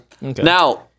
Now